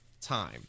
time